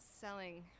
selling